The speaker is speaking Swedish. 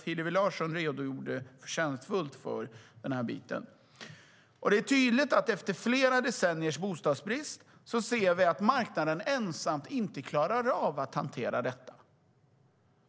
Hillevi Larsson redogjorde förtjänstfullt för detta. Efter flera decenniers bostadsbrist ser vi tydligt att marknaden inte ensam klarar av att hantera detta.